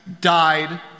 died